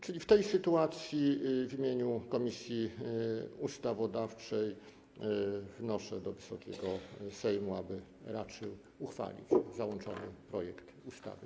Czyli w tej sytuacji w imieniu Komisji Ustawodawczej wnoszę do Wysokiego Sejmu, aby raczył uchwalić załączony projekt ustawy.